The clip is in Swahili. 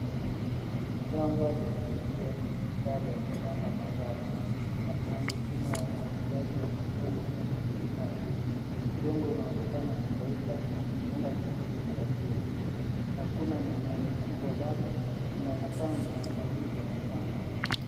Shamba limeandaliwa kwa mistari ya kupanda mazao na kuna mifumo ya umwagiliaji wa matone katikati ya mistari. Udongo unaonekana kukauka huenda ni kipindi cha jua. Hakuna mimea mikubwa bado inaonekana ni maandalizi ya kupanda.